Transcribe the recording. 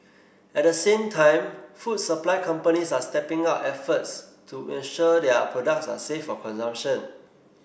at the same time food supply companies are stepping up efforts to ensure their products are safe for consumption